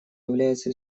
является